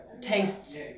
tastes